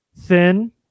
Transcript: thin